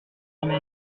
armée